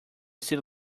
city